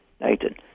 Nathan